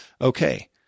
Okay